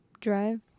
Drive